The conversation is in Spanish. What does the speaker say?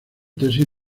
tesis